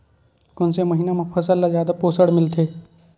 कोन से महीना म फसल ल जादा पोषण मिलथे?